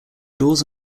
doors